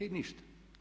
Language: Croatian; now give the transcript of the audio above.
I ništa!